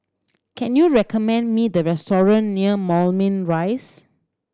can you recommend me the restaurant near Moulmein Rise